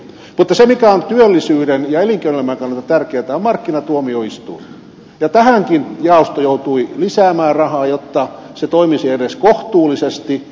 mutta se mikä on työllisyyden ja elinkeinoelämän kannalta tärkeätä on markkinatuomioistuin ja tähänkin jaosto joutui lisäämään rahaa jotta se toimisi edes kohtuullisesti